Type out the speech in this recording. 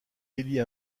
élit